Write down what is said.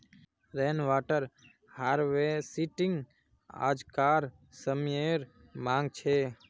rain water harvesting आज्कार समयेर मांग छे